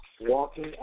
walking